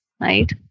right